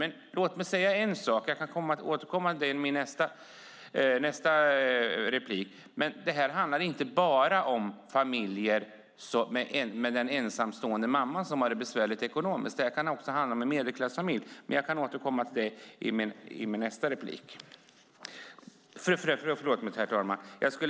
Det handlar inte bara om handikappade eller familjer med ensamstående mammor som har det besvärligt ekonomiskt. Det kan också handla om medelklassfamiljer. Jag återkommer till det i mitt nästa inlägg.